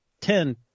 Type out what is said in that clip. ten